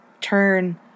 turn